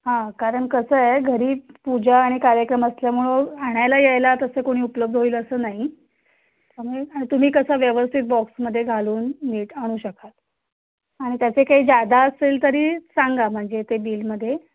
हां कारण कसं आहे घरी पूजा आणि कार्यक्रम असल्यामुळं आणायला यायला तसं कोणी उपलब्ध होईल असं नाही मग तुम्ही कसं व्यवस्थित बॉक्समध्ये घालून नीट आणू शकाल आणि त्याचे काही जादा असेल तरी सांगा म्हणजे ते बिलमध्ये